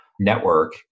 Network